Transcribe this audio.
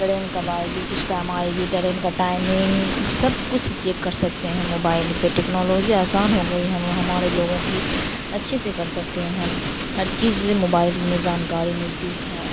train کب آئے گی کس ٹائم آئے گی ٹرین کا ٹائمنگ سب کچھ چیک کر سکتے ہیں موبائل پہ ٹیکنالوجی آسان ہو گئی ہے ہم ہمارے لوگوں کی اچھے سے کر سکتے ہیں ہر چیز موبائل میں جانکاری ملتی ہے